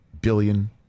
billion